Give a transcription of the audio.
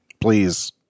please